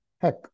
heck